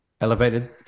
elevated